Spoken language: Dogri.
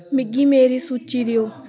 मिगी मेरी सूची देओ